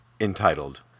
entitled